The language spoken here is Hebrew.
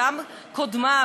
וגם קודמיו,